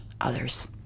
others